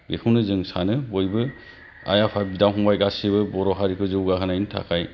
बेखौनो जों सानो बयबो आइ आफा बिदा फंबाय गासिबो बर' हारिखौ जौगाहोनायनि थाखाय